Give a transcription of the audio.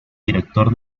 director